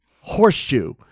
Horseshoe